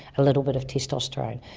a little bit of testosterone.